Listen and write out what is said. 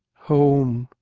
home!